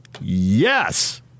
yes